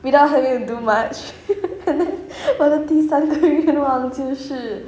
without having to do much 我的第三个愿望就是